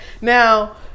Now